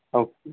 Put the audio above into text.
okay